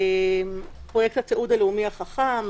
פרויקט התיעוד הלאומי החכם,